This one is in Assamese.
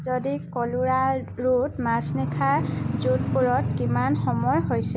যদি কলোৰাড়োত মাজনিশা যোধপুৰত কিমান সময়